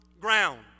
ground